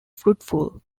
fruitful